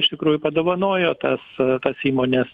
iš tikrųjų padovanojo tas tas įmones